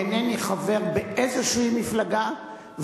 אינני חבר במפלגה כלשהי,